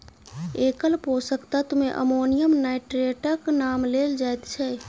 एकल पोषक तत्व मे अमोनियम नाइट्रेटक नाम लेल जाइत छै